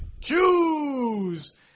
Choose